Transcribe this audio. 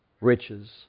riches